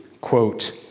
quote